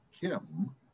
kim